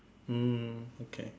mm okay